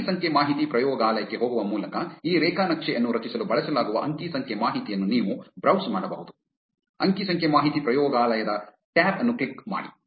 ಅಂಕಿ ಸಂಖ್ಯೆ ಮಾಹಿತಿ ಪ್ರಯೋಗಾಲಯಕ್ಕೆ ಹೋಗುವ ಮೂಲಕ ಈ ರೇಖಾ ನಕ್ಷೆ ಅನ್ನು ರಚಿಸಲು ಬಳಸಲಾಗುವ ಅಂಕಿ ಸಂಖ್ಯೆ ಮಾಹಿತಿಯನ್ನು ನೀವು ಬ್ರೌಸ್ ಮಾಡಬಹುದು ಅಂಕಿ ಸಂಖ್ಯೆ ಮಾಹಿತಿ ಪ್ರಯೋಗಾಲಯದ ಟ್ಯಾಬ್ ಅನ್ನು ಕ್ಲಿಕ್ ಮಾಡಿ